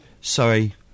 sorry